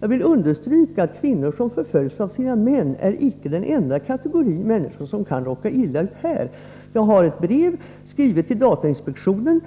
Jag vill understryka att kvinnor som förföljs av sina män icke är den enda kategori människor som kan råka illa ut här. Jag har ett brev skrivet till datainspektionen